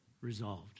Resolved